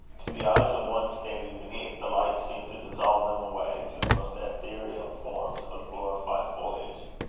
to the eyes of one standing beneath, the light seemed to dissolve them away to the most ethereal forms of glorified foliage.